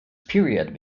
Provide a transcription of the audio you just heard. period